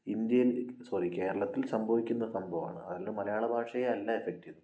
ഇന്ത്യയിൽ സോറി കേരളത്തിൽ സംഭവിക്കുന്ന സംഭവമാണ് അതല്ലാതെ മലയാള ഭാഷയെയല്ല എഫക്ട് ചെയ്തത്